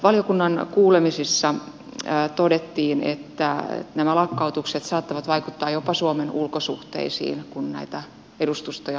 valiokunnan kuulemisissa todettiin että nämä lakkautukset saattavat vaikuttaa jopa suomen ulkosuhteisiin kun näitä edustustoja ajetaan alas